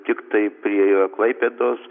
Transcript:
tiktai prie klaipėdos